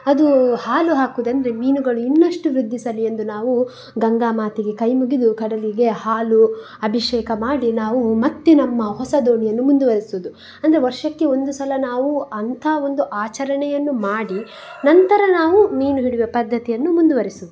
ಅದು ಹಾಲು ಹಾಕೋದಂದ್ರೆ ಮೀನುಗಳು ಇನ್ನಷ್ಟು ವೃದ್ಧಿಸಲಿ ಎಂದು ನಾವು ಗಂಗಾ ಮಾತೆಗೆ ಕೈ ಮುಗಿದು ಕಡಲಿಗೆ ಹಾಲು ಅಭಿಷೇಕ ಮಾಡಿ ನಾವು ಮತ್ತು ನಮ್ಮ ಹೊಸ ದೋಣಿಯನ್ನು ಮುಂದುವರೆಸೋದು ಅಂದರೆ ವರ್ಷಕ್ಕೆ ಒಂದು ಸಲ ನಾವು ಅಂಥಾ ಒಂದು ಆಚರಣೆಯನ್ನು ಮಾಡಿ ನಂತರ ನಾವು ಮೀನು ಹಿಡಿಯುವ ಪದ್ದತಿಯನ್ನು ಮುಂದುವರೆಸೋದು